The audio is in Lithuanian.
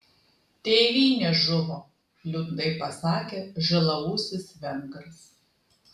tėvynė žuvo liūdnai pasakė žilaūsis vengras